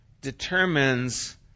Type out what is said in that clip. determines